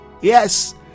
Yes